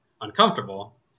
uncomfortable